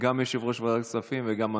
גם יושב-ראש ועדת הכספים וגם אנוכי.